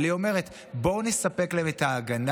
אלא היא אומרת: בואו נספק להם את ההגנה